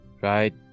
right